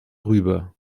rüber